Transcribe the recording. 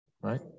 right